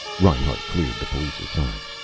reinhart cleared the police aside.